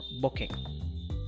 booking